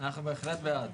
אנחנו בהחלט בעד.